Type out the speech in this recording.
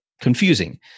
confusing